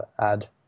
add